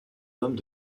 hommes